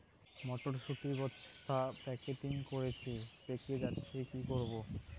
মটর শুটি বস্তা প্যাকেটিং করেছি পেকে যাচ্ছে কি করব?